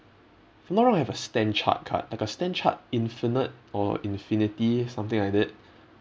if I'm not wrong I have a stanchart card like a stanchart infinite or infinity something like that